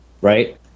Right